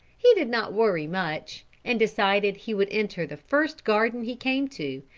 he did not worry much, and decided he would enter the first garden he came to,